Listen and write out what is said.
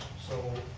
so